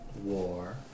war